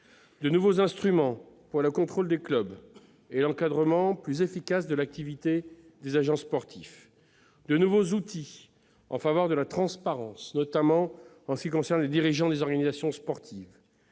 de nouveaux instruments pour le contrôle des clubs et un encadrement plus efficace de l'activité des agents sportifs, ainsi que de nouveaux outils en faveur de la transparence, notamment en ce qui concerne les dirigeants des organisations sportives.